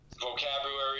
vocabulary